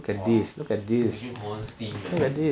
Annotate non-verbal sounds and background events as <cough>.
!wah! <breath> wei jun confirm steam man